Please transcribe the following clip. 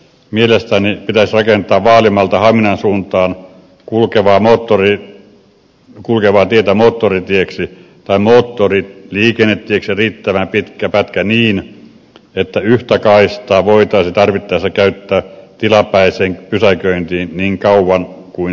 mielestäni pitäisi rakentaa vaalimaalta haminan suuntaan kulkevaa tietä moottoritieksi tai moottoriliikennetieksi riittävän pitkä pätkä niin että yhtä kaistaa voitaisiin tarvittaessa käyttää tilapäiseen pysäköitiin niin kauan kuin siihen on tarvetta